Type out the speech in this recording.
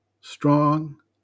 strong